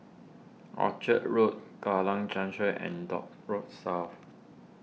Orchard Road Kallang Junction and Dock Road South